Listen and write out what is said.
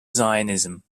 zionism